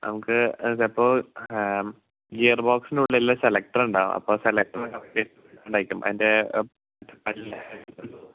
നമക്ക് അത് ഇപ്പോൾ ഗിയർ ബോക്സിന് ഉള്ളില് സെലക്ടർ ഉണ്ടാവും അപ്പം സെലക്ടർ കറക്റ്റ് ആയിട്ട് ഉണ്ടായിരിക്കും അയിൻ്റെ വല്ല ഒരു